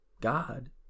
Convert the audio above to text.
God